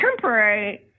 temporary